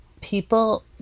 People